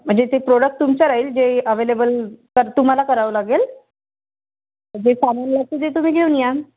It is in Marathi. म्हणजे ते प्रोडक्ट तुमच्या राहील जे अवेलेबल कर तुम्हाला करावं लागेल जे सामान लागतं ते तुम्ही घेऊन या